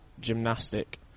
gymnastic